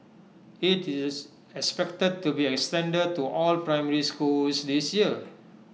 IT is expected to be extended to all primary schools this year